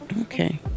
Okay